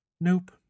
Nope